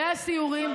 ועשיתי דיונים וסיורים,